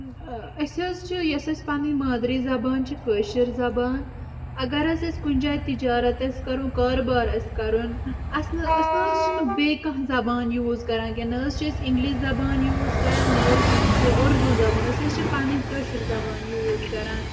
أسۍ حظ چھِ یۄس اسہِ پنٕنۍ مادری زبان چھ کٲشِر زبان اگر حظ اسہِ کُنہٕ جایہِ تجارت آسہِ کرُن کاربار آسہِ کرُن اسہِ نہ أسۍ نہ حظ چھنہٕ بیٚیہِ کانٛہہ زبان یوٗز کران کیٚنٛھہ نہ حظ چھ أسۍ انگلش زبان یوٗز کران نہٕ حظ چھ ٲسۍ اُردو زبان ٲسۍ حظ چھ پنٕنۍ کٲشِر زبان یوٗز کران